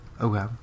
Okay